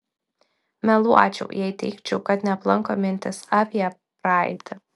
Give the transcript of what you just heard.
meluočiau jei teigčiau kad neaplanko mintys apie praeitį